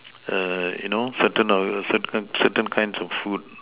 err you know certain of certain certain kinds of food